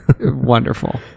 wonderful